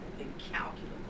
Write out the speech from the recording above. incalculable